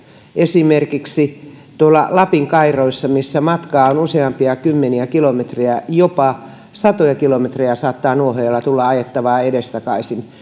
esimerkiksi lapin kairoissa missä matkaa on useampia kymmeniä kilometrejä jopa satoja kilometrejä saattaa nuohoojalla tulla ajettavaa edestakaisin